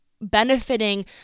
benefiting